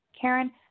Karen